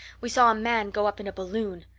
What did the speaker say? we saw a man go up in a balloon.